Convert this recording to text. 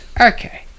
Okay